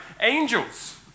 angels